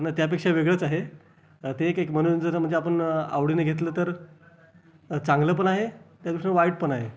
नाही त्यापेक्षा वेगळंच आहे ते एक एक मनोरंजनच म्हणजे आपण आवडीने घेतलं तर चांगलं पण आहे त्यादृष्टीनं वाईट पण आहे